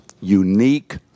unique